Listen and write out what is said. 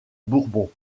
bourbon